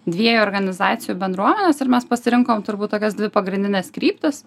dviejų organizacijų bendruomenes ir mes pasirinkom turbūt tokias dvi pagrindines kryptis